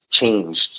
changed